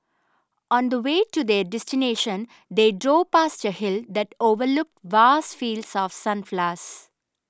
on the way to their destination they drove past a hill that overlooked vast fields of